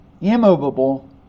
immovable